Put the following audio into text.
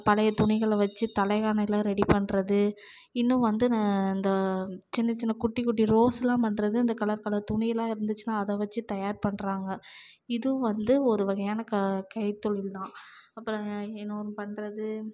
பழைய துணிகளை வச்சு தலைகாணிலாம் ரெடி பண்ணுறது இன்னும் வந்து அந்த சின்ன சின்ன குட்டி குட்டி ரோஸ்லாம் பண்ணுறது அந்த கலர் கலர் துணியெல்லாம் இருந்துச்சுன்னா அதை வச்சு தயார் பண்ணுறாங்க இதுவும் வந்து ஒரு வகையான க கைத்தொழில்தான் அப்புறம் என்ன ஒன்று பண்ணுறது